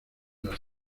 las